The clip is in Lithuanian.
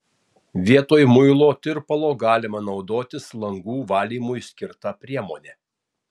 vietoj muilo tirpalo galima naudotis langų valymui skirta priemone